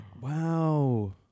Wow